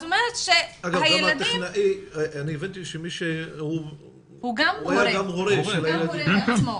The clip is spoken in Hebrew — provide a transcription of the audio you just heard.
הבנתי שהטכנאי הוא הורה לילד בגן.